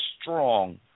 strong